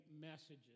messages